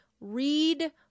read